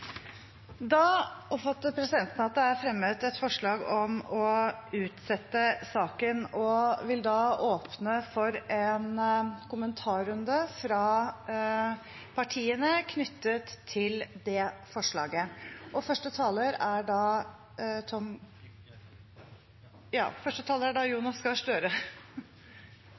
Da oppfatter presidenten det slik at det er fremmet et forslag om å utsette saken. Presidenten vil da åpne for en kommentarrunde fra partiene knyttet til det forslaget. Første taler er